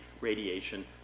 radiation